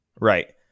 right